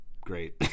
great